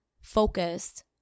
focused